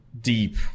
deep